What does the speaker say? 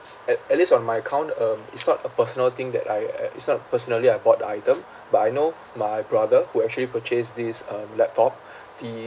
at at least on my account um it's not a personal thing that I I it's not personally I bought the item but I know my brother who actually purchased this uh laptop the